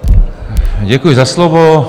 Děkuji za slovo.